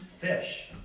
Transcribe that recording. fish